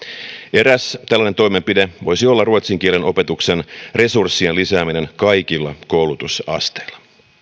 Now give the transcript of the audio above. eräs tällainen toimenpide voisi olla ruotsin kielen opetuksen resurssien lisääminen kaikilla koulutusasteilla